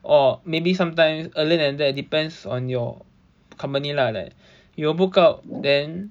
or maybe sometimes earlier than that depends on your company lah like you will book out then